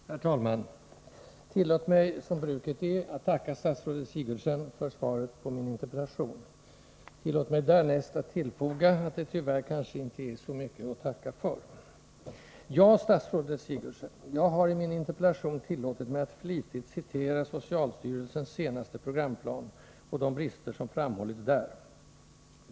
Herr talman! Tillåt mig att, som bruket är, tacka statsrådet Sigurdsen för svaret på min interpellation. Tillåt mig därnäst att tillfoga att det tyvärr kanske inte är så mycket att tacka för. Ja, statsrådet Sigurdsen, jag har i min interpellation tillåtit mig att ”flitigt citera” socialstyrelsens senaste programplan med de brister som framhållits där.